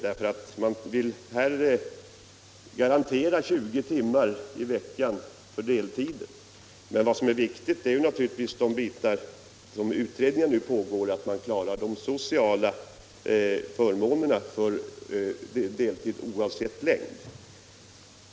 Här vill man garantera 20 timmar i veckan för de deltidsarbetande, men det viktiga är naturligtvis de bitar om vilka utredning nu pågår, dvs. hur man oavsett deltidsarbetets längd Jämställdhetsfråskall kunna klara de sociala förmånerna för de deltidsarbetande. gor m.m.